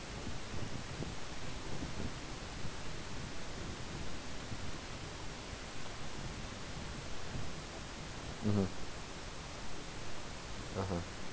mmhmm (uh huh)